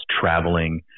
traveling